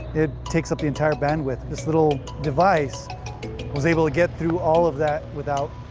it takes up the entire bandwidth. this little device was able to get through all of that without